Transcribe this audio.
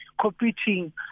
competing